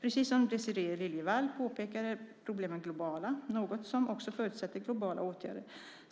Precis som Désirée Liljevall påpekar är problemen globala, något som också förutsätter globala åtgärder.